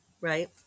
right